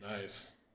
Nice